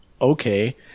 Okay